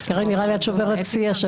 קארין, נראה לי שאת שוברת שיא השבוע.